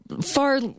far